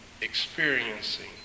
experiencing